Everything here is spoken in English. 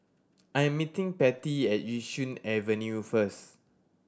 I am meeting Pattie at Yishun Avenue first